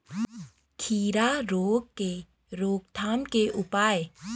खीरा रोग के रोकथाम के उपाय?